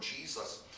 Jesus